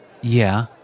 Yeah